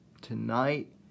tonight